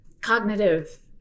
cognitive